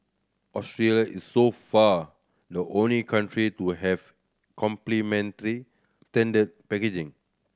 Australia is so far the only country to have packaging